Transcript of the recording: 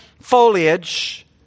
foliage